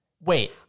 wait